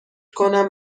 کنم